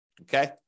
okay